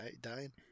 dying